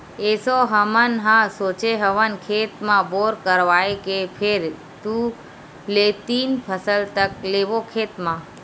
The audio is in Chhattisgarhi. एसो हमन ह सोचे हवन खेत म बोर करवाए के फेर दू ले तीन फसल तक लेबो खेत म